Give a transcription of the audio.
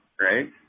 right